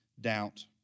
doubt